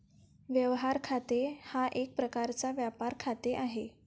व्यवहार खाते हा एक प्रकारचा व्यापार खाते आहे